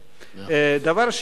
דבר שני,